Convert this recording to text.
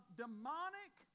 demonic